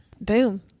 boom